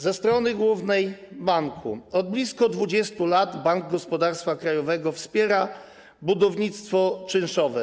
Ze strony głównej banku: Od blisko 20 lat Bank Gospodarstwa Krajowego wspiera budownictwo czynszowe.